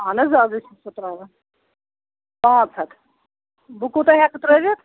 اہن حظ آز ہَے چھُ سُہ ترٛاوان پانٛژھ ہَتھ بہٕ کوٗتاہ ہٮ۪کہٕ ترٛٲوِتھ